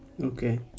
Okay